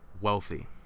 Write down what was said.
wealthy